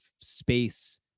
space